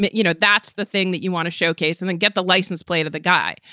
but you know, that's the thing that you want to showcase and then get the license plate of the guy.